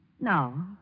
No